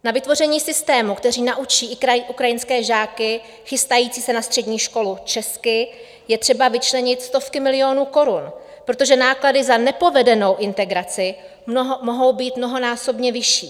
Na vytvoření systému, který naučí i ukrajinské žáky chystající se na střední školu česky, je třeba vyčlenit stovky milionů korun, protože náklady za nepovedenou integraci mohou být mnohonásobně vyšší.